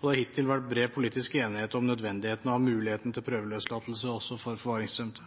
Det har hittil vært bred politisk enighet om nødvendigheten av og muligheten til prøveløslatelse også for forvaringsdømte.